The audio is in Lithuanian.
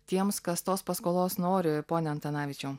tiems kas tos paskolos nori pone antanavičiau